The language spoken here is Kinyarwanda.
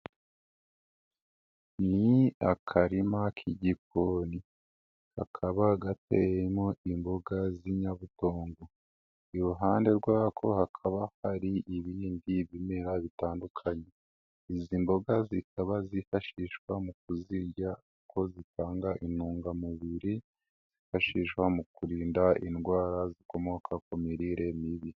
Ni akarima k'igikoni kakaba gateyemo imboga z'inyabutongo, iruhande rwako hakaba hari ibindi bimera bitandukanye, izi mboga zikaba zifashishwa mu kuzirya kuko zitanga intungamubiri zifashishwa mu kurinda indwara zikomoka ku mirire mibi.